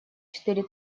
четыре